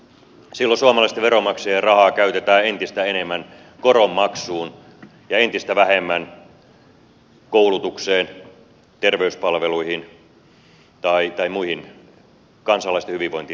silloin suomalaisten veronmaksajien rahaa käytetään entistä enemmän koronmaksuun ja entistä vähemmän koulutukseen terveyspalveluihin tai muuhun kansalaisten hyvinvointiin tärkeään